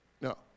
No